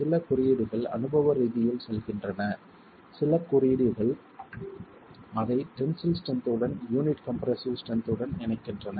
சில குறியீடுகள் அனுபவ ரீதியில் செல்கின்றன சில குறியீடுகள் அதை டென்சில் ஸ்ட்ரென்த் உடன் யூனிட் கம்ப்ரசிவ் ஸ்ட்ரென்த் உடன் இணைக்கின்றன